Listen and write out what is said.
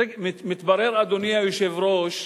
מתברר, אדוני היושב-ראש,